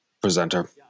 presenter